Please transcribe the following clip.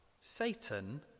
Satan